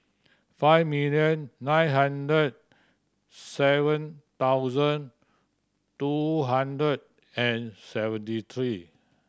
five million nine hundred seven thousand two hundred and seventy three